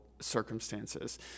circumstances